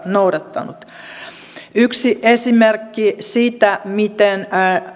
noudattanut yksi esimerkki siitä miten